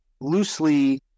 loosely